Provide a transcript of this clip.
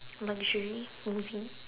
luxury movie